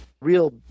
real